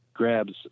grabs